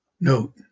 Note